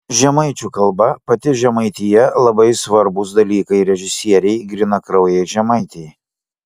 žemaičių kalba pati žemaitija labai svarbūs dalykai režisierei grynakraujei žemaitei